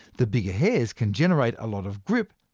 the bigger hairs can generate a lot of grip.